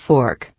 Fork